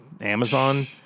Amazon